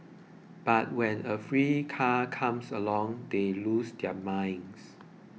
but when a free car comes along they lose their minds